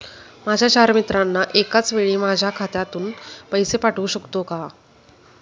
माझ्या चार मित्रांना एकाचवेळी माझ्या खात्यातून पैसे पाठवू शकतो का?